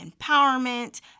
empowerment